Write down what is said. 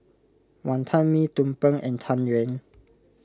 Wonton Mee Tumpeng and Tang Yuen